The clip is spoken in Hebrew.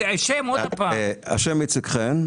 איציק חן,